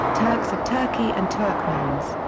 turks of turkey and turkmens.